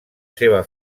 seva